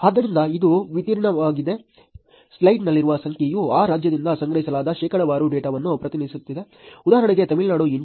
ಆದ್ದರಿಂದ ಇದು ವಿತರಣೆಯಾಗಿದೆ ಸ್ಲೈಡ್ನಲ್ಲಿರುವ ಸಂಖ್ಯೆಯು ಆ ರಾಜ್ಯದಿಂದ ಸಂಗ್ರಹಿಸಲಾದ ಶೇಕಡಾವಾರು ಡೇಟಾವನ್ನು ಪ್ರತಿನಿಧಿಸುತ್ತದೆ ಉದಾಹರಣೆಗೆ ತಮಿಳುನಾಡು 8